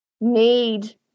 need